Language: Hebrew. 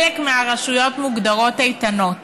חלק מהרשויות מוגדרות איתנות.